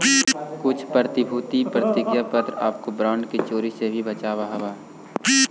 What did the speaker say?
कुछ प्रतिभूति प्रतिज्ञा पत्र आपको बॉन्ड की चोरी से भी बचावअ हवअ